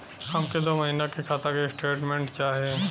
हमके दो महीना के खाता के स्टेटमेंट चाही?